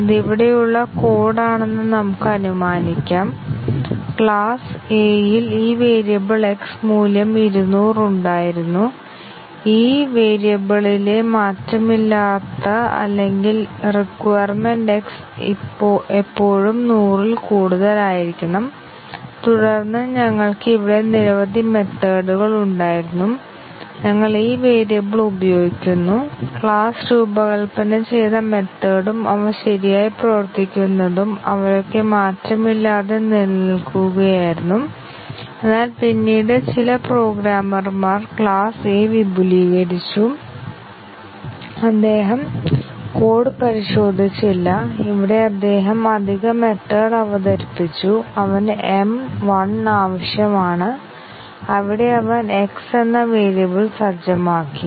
ഇത് ഇവിടെയുള്ള കോഡ് ആണെന്ന് നമുക്ക് അനുമാനിക്കാം ക്ലാസ്സ് Aയിൽ ഈ വേരിയബിൾ x മൂല്യം 200 ഉണ്ടായിരുന്നു ഈ വേരിയബിളിലെ മാറ്റമില്ലാത്ത അല്ലെങ്കിൽ റിക്വയർമെന്റ് x എപ്പോഴും 100 ൽ കൂടുതലായിരിക്കണം തുടർന്ന് ഞങ്ങൾക്ക് ഇവിടെ നിരവധി മെത്തേഡ്കളുണ്ടായിരുന്നു ഞങ്ങൾ ഈ വേരിയബിൾ ഉപയോഗിക്കുന്നു ക്ലാസ്സ് രൂപകൽപ്പന ചെയ്ത മെത്തേഡും അവ ശരിയായി പ്രവർത്തിക്കുന്നതും അവരൊക്കെ മാറ്റമില്ലാതെ നിലനിൽക്കുകയായിരുന്നു എന്നാൽ പിന്നീട് ചില പ്രോഗ്രാമർമാർ ക്ലാസ് A വിപുലീകരിച്ചു അദ്ദേഹം കോഡ് പരിശോധിച്ചില്ല ഇവിടെ അദ്ദേഹം അധിക മെത്തേഡ് അവതരിപ്പിച്ചു അവന് m 1 ആവശ്യമാണ് അവിടെ അവൻ x എന്ന വേരിയബിൾ സജ്ജമാക്കി